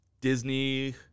Disney